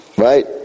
Right